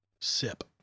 sip